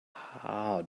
how